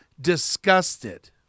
disgusted